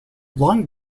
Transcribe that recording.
long